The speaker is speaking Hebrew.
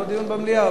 לא דיון במליאה.